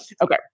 Okay